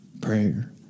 prayer